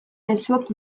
mezuak